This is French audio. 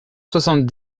soixante